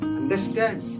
understand